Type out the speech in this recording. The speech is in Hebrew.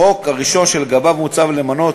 החוק הראשון שלגביו מוצע למנות